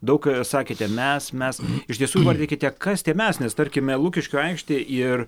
daug sakėte mes mes iš tiesų įvardykite kas tie mes nes tarkime lukiškių aikštė ir